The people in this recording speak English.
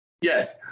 Yes